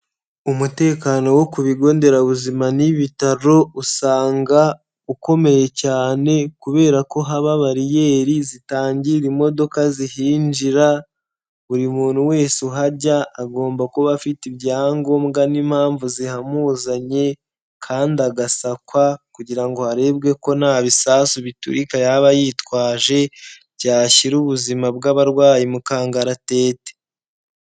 Umutekano wo ku bigo nderabuzima n'ibitaro usanga ukomeye cyane kubera ko haba bariyeri zitangira imodoka zihinjira. Buri muntu wese uhajya agomba kuba afite ibyangombwa n'impamvu zihamuzanye kandi agasakwa kugira ngo harebwe ko nta bisasu biturika yaba yitwaje, byashyira ubuzima bw'abarwayi mu kangaratete.